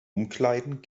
umkleiden